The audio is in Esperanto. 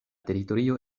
teritorio